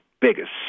biggest